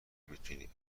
میتونی